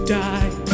die